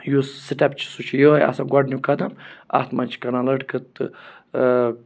یُس سٹٮ۪پ چھِ سُہ چھِ یِہٕے آسان گۄڈنیُک قدم اَتھ منٛز چھِ کَران لٔڑکہٕ تہٕ